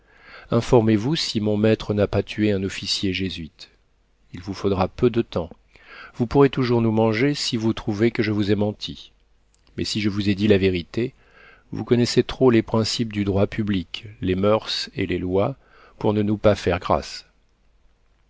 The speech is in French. informez-vous si mon maître n'a pas tué un officier jésuite il vous faudra peu de temps vous pourrez toujours nous manger si vous trouvez que je vous ai menti mais si je vous ai dit la vérité vous connaissez trop les principes du droit public les moeurs et les lois pour ne nous pas faire grâce